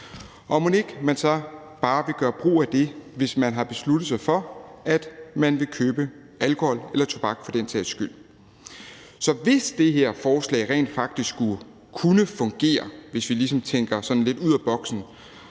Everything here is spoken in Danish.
ikke man så bare vil gøre brug af det, hvis man har besluttet sig for, at man vil købe alkohol, eller tobak for den sags skyld? Så hvis det her forslag rent faktisk skulle kunne fungere, hvis vi ligesom tænker sådan lidt ud af boksen,